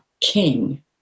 king